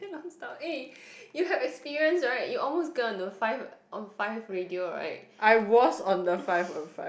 none stop eh you have experience right you almost got onto five on five radio [right]